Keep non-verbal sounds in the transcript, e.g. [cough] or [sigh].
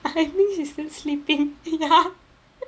I think she's been sleeping ya [laughs]